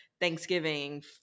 thanksgiving